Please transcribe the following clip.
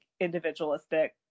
individualistic